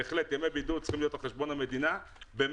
בהחלט ימי בידוד צריכים להיות על חשבון המדינה ב-100%.